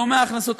לא מההכנסות,